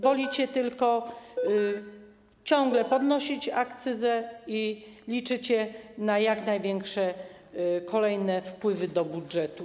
Wolicie tylko ciągle podnosić akcyzę i liczycie na jak największe kolejne wpływy do budżetu.